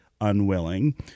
unwilling